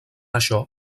això